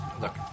Look